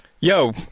Yo